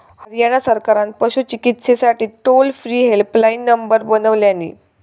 हरयाणा सरकारान पशू चिकित्सेसाठी टोल फ्री हेल्पलाईन नंबर बनवल्यानी